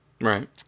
Right